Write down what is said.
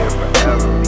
forever